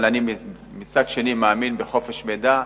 מצד אחר, אני מאמין בחופש מידע.